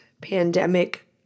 pandemic